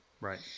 Right